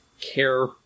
care